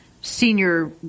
senior